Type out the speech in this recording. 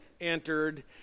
entered